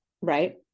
right